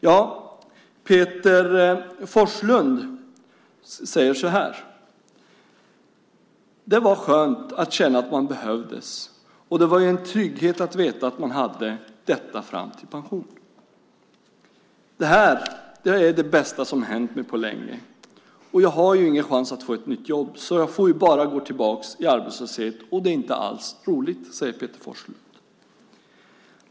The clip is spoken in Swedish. Ja, Peter Forslund säger så här: Det var skönt att känna att man behövdes, och det var ju en trygghet att veta att man hade detta fram till pension. Det här är det bästa som hänt mig på länge. Jag har ingen chans att få ett nytt jobb, så jag får ju bara gå tillbaka i arbetslöshet. Det är inte alls roligt, säger Peter Forslund.